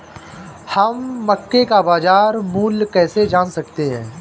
हम मक्के का बाजार मूल्य कैसे जान सकते हैं?